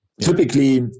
Typically